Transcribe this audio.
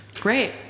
Great